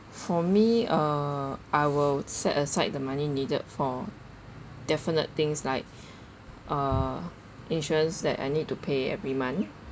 for me uh I will set aside the money needed for definite things like uh insurance that I need to pay every month